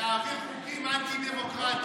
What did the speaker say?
ולהעביר חוקים אנטי-דמוקרטיים.